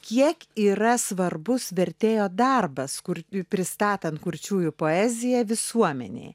kiek yra svarbus vertėjo darbas kur pristatant kurčiųjų poeziją visuomenei